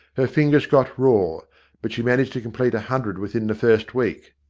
her fingers got raw but she managed to complete a hundred within the first week.